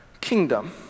kingdom